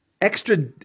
extra